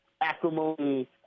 acrimony